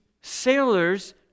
sailors